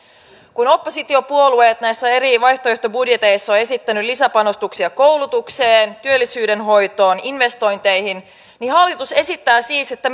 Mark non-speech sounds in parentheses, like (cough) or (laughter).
kun oppositiopuolueet näissä eri vaihtoehtobudjeteissa ovat esittäneet lisäpanostuksia koulutukseen työllisyyden hoitoon investointeihin niin hallitus esittää siis että (unintelligible)